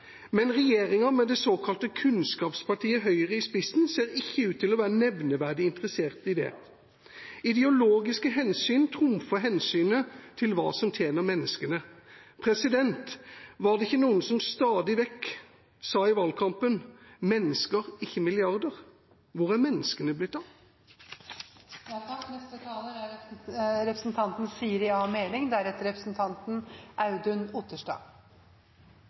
men regjeringa – med det såkalte kunnskapspartiet Høyre i spissen – ser ikke ut til å være nevneverdig interessert i det. Ideologiske hensyn trumfer hensynet til hva som tjener menneskene. Var det ikke noen som i valgkampen stadig vekk sa: «Mennesker, ikke milliarder». Hvor er menneskene blitt av? Norge er